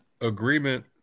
agreement